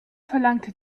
verlangte